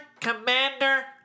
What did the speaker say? Commander